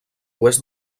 oest